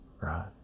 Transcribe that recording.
right